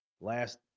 Last